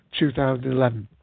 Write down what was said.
2011